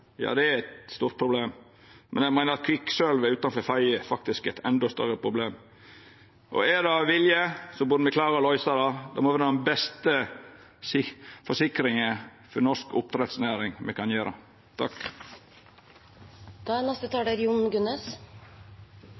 Ja, det er eit stort problem. Men eg meiner at kvikksølvet utanfor Fedje faktisk er eit endå større problem. Er det vilje, burde me klara å løysa det. Det må vera den beste forsikringa me kan gje norsk oppdrettsnæring. Det er flere av representantene som har lagt opp til trøndersk aften, og når presidenten også er trønder, kan